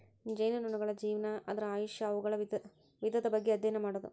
ಜೇನುನೊಣಗಳ ಜೇವನಾ, ಅದರ ಆಯುಷ್ಯಾ, ಅವುಗಳ ವಿಧದ ಬಗ್ಗೆ ಅದ್ಯಯನ ಮಾಡುದು